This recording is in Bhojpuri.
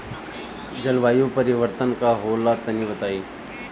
जलवायु परिवर्तन का होला तनी बताई?